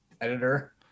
editor